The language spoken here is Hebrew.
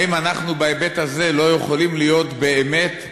האם אנחנו בהיבט הזה לא יכולים להיות באמת,